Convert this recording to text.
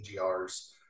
EGRs